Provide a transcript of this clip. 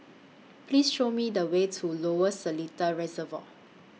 Please Show Me The Way to Lower Seletar Reservoir